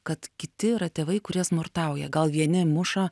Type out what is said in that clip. kad kiti yra tėvai kurie smurtauja gal vieni muša